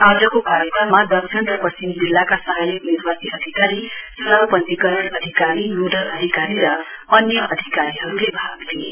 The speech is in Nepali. आजको कार्यक्रममा दक्षिण र पश्चिम जिल्लाका सहायक निर्वाची अधिकारी चुनाउ पश्चीकरण अधिकारी नोडल अधिकारी र अन्य अधिकारीहरुले भाग लिए